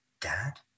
dad